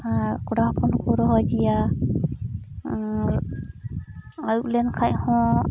ᱟᱨ ᱠᱚᱲᱟ ᱦᱚᱯᱚᱱ ᱦᱚᱸᱠᱚ ᱨᱚᱦᱚᱭ ᱜᱮᱭᱟ ᱟᱨ ᱟᱹᱭᱩᱵ ᱞᱮᱱ ᱠᱷᱟᱱ ᱦᱚᱸ